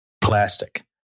plastic